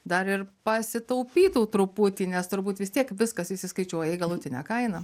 dar ir pasitaupytau truputį nes turbūt vis tiek viskas išsiskaičiuoja į galutinę kainą